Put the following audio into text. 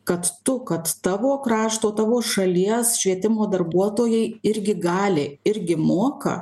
kad tu kad tavo krašto tavo šalies švietimo darbuotojai irgi gali irgi moka